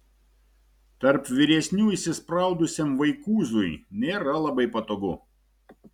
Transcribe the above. tarp vyresnių įsispraudusiam vaikūzui nėra labai patogu